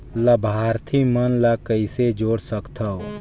लाभार्थी मन ल कइसे जोड़ सकथव?